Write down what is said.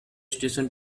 station